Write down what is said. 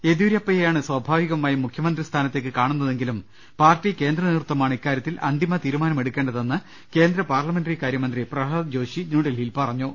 യെഡ്യൂരപ്പയെയാണ് സ്ഥാഭാവികമായും മുഖ്യമന്ത്രി സ്ഥാനത്തേക്ക് കാണുന്നതെങ്കിലും പാർട്ടി കേന്ദ്ര നേതൃത്വമാണ് ഇക്കാര്യത്തിൽ അന്തിമ തീരു മാനമെടുക്കേണ്ടതെന്ന് കേന്ദ്ര പാർലമെന്ററി കാര്യ മന്ത്രി പ്രഹ്ളാദ് ജോഷി ന്യൂഡൽഹിയിൽ പറഞ്ഞു